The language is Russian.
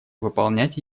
выполнять